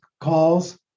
calls